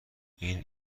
این